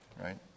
right